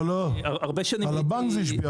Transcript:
לא, לא, זה השפיע על הבנק.